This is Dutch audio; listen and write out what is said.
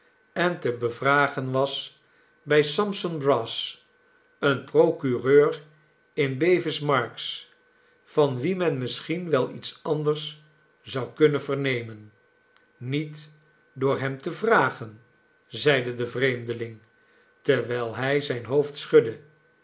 en te bevragen was bij sampson brass een procureur in bevis marks van wien men misschien wel iets anders zou kunnen vernemen niet door hem te vragen zeide de vreemdeling terwijl hij zijn hoofd schudde